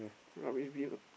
rubbish bin